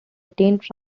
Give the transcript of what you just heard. retained